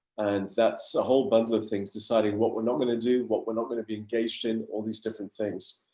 and that's a whole bunch of things, deciding what we're not going to do, what we're not going to be engaged in all these different things.